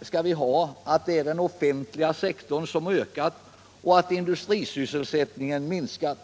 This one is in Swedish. skall vi ha att det är den offentliga sektorn som har ökat och att industrisysselsättningen minskat.